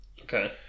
okay